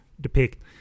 depict